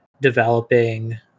developing